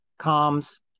comms